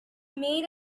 made